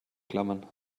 klammern